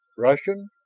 russian.